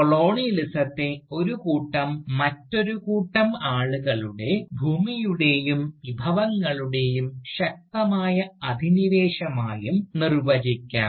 കൊളോണിയലിസത്തെ ഒരു കൂട്ടം മറ്റൊരു കൂട്ടം ആളുകളുടെ ഭൂമിയുടെയും വിഭവങ്ങളുടെയും ശക്തമായ അധിനിവേശമായും നിർവചിക്കാം